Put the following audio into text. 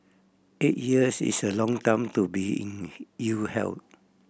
eight years is a long time to be in ill health